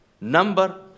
number